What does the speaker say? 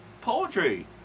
poetry